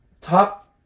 top